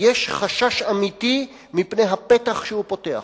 יש חשש אמיתי מפני הפתח שהוא פותח.